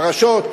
פרשות,